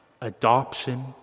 adoption